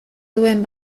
duen